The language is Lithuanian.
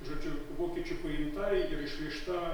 žodžiu vokiečių paimta ir išvešta